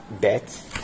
Bet